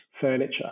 furniture